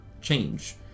change